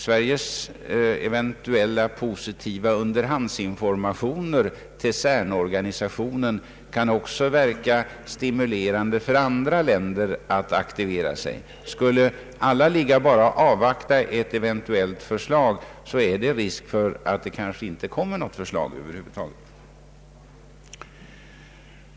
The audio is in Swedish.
Sveriges eventuella positiva underhandsinformationer till CERN-organisationen kan också verka stimulerande för andra länder att aktivera sig. Om alla bara skulle avvakta ett eventuellt förslag, finns risken att det kanske inte kommer något förslag över huvud taget.